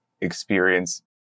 experience